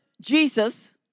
Jesus